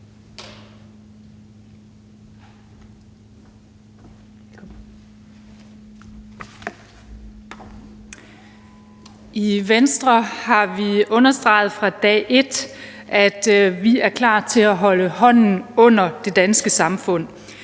I Venstre har vi understreget fra dag et, at vi er klar til at holde hånden under det danske samfund.